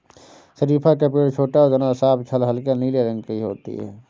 शरीफ़ा का पेड़ छोटा और तना साफ छाल हल्के नीले रंग की होती है